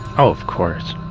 oh, of course.